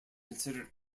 considered